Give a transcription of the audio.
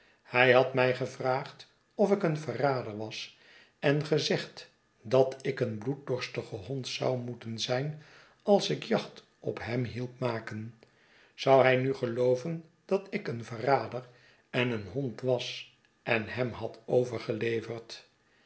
hij had mij gevraagd of ik een verrader was en gezegd dat ik een bloeddorstige hond zou moeten zijn als ik jacht op hem hielp maken zou hij nu gelooven dat ik een verrader en een hond was en hem had overgeleverd